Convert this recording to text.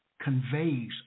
conveys